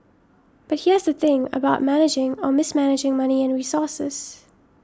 but here's the thing about managing or mismanaging money and resources